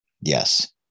Yes